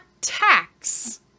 tax